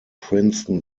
princeton